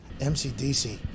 mcdc